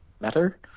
matter